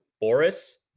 Boris